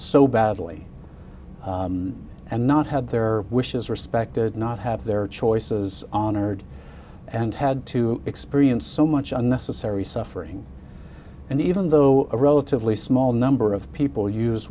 so badly and not had their wishes respected not have their choices honored and had to experience so much unnecessary suffering and even though a relatively small number of people use